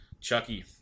Chucky